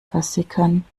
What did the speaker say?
versickern